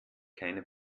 keine